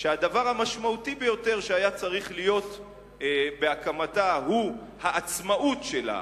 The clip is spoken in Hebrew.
שהדבר המשמעותי ביותר שהיה צריך להיות בהקמתה הוא העצמאות שלה,